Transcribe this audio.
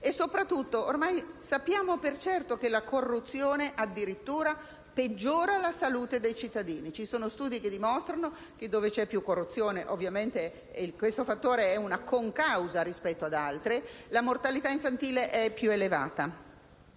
Sappiamo ormai per certo che la corruzione, addirittura, peggiora la salute dei cittadini: ci sono studi che dimostrano che dove c'è più corruzione (ovviamente questo fattore è una concausa rispetto ad altre) la mortalità infantile è più elevata.